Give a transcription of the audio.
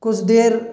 कुछ देर